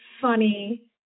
funny